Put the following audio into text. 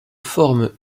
forme